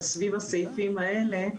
זה סביב הסעיפים האלה.